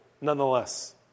nonetheless